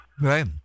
right